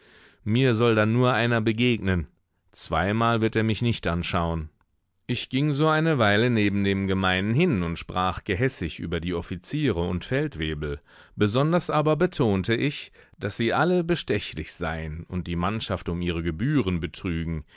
mir soll dann nur einer begegnen zweimal wird er mich nicht anschaun ich ging so eine weile neben dem gemeinen hin und sprach gehässig über die offiziere und feldwebel besonders aber betonte ich daß sie alle bestechlich seien und die mannschaft um ihre gebühren betrügen